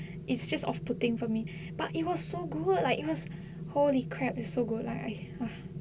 is just of the thing for me but it was so good like it was holy crap is so good like I